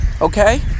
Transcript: Okay